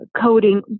coding